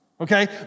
okay